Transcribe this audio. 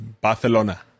barcelona